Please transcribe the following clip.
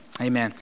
Amen